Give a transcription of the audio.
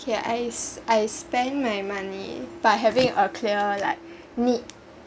K I I spend my money but having a clear like need